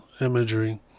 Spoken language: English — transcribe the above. imagery